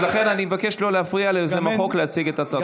לכן אני מבקש לא להפריע ליוזם החוק להציג את הצעת החוק.